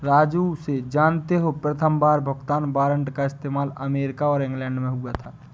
राजू से जानते हो प्रथमबार भुगतान वारंट का इस्तेमाल अमेरिका और इंग्लैंड में हुआ था